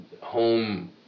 home